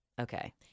okay